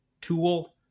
tool